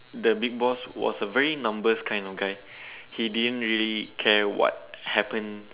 the big boss was a very numbers kind of guy he didn't really care what happen